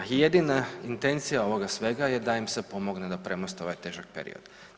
I jedina intencija ovoga svega je da im se pomogne da premoste ovaj težak period.